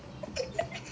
macritchie